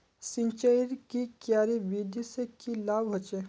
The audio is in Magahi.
सिंचाईर की क्यारी विधि से की लाभ होचे?